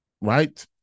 right